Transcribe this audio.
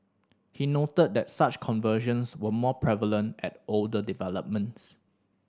he noted that such conversions were more prevalent at older developments